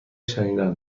شنیدن